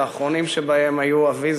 שהאחרונים שבהם היו אבי,